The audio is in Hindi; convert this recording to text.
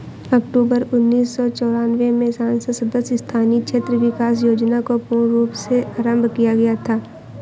अक्टूबर उन्नीस सौ चौरानवे में संसद सदस्य स्थानीय क्षेत्र विकास योजना को पूर्ण रूप से आरम्भ किया गया था